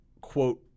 quote